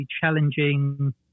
challenging